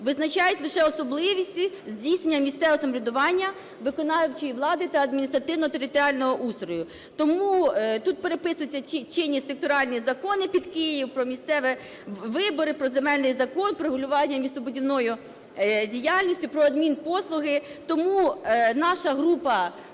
визначають лише особливості здійснення місцевого самоврядування, виконавчої влади та адміністративно-територіального устрою. Тому тут переписуються чинні секторальні закони під Київ: про місцеві вибори, про земельний закон, про регулювання містобудівної діяльності, про адмінпослуги. Тому наша група